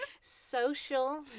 social